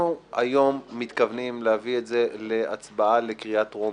היום אנחנו מתכוונים להביא את זה להצבעה בקריאה טרומית.